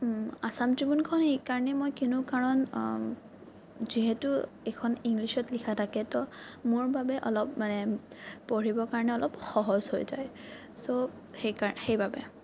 আচাম ট্ৰিবিউনখন সেইকাৰণেই মই কিনোঁ কাৰণ যিহেতু এইখন ইংলিছত লিখা থাকে তো মোৰ বাবে অলপ মানে পঢ়িবৰ কাৰণে অলপ সহজ হৈ যায় চ কেইকাৰ সেইবাবে